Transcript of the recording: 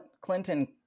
clinton